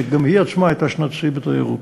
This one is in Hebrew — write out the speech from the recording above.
שגם היא עצמה הייתה שנת שיא בתיירות.